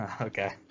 Okay